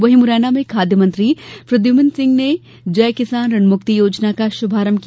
वहीं मुरैना में खाद्य मंत्री प्रद्यमन सिंह ने जय किसान ऋण मुक्ति योजना का शुभारंभ किया